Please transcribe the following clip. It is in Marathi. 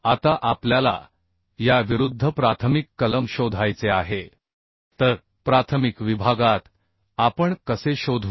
आता आपल्याला याविरुद्ध प्राथमिक कलम शोधायचे आहे तर प्राथमिक विभागात आपण कसे शोधू